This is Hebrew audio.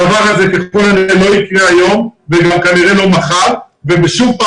הדבר הזה ככל הנראה לא יהיה היום וכנראה גם לא מחר ושוב מה